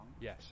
Yes